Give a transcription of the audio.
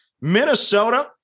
Minnesota